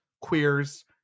queers